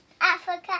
Africa